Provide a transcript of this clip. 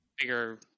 bigger